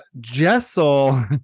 Jessel